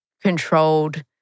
controlled